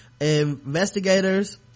investigators